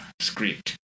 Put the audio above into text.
script